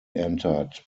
entered